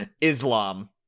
Islam